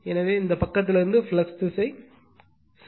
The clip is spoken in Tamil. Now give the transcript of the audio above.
எனவே இந்த பக்கத்திலிருந்து ஃப்ளக்ஸ் திசை ∅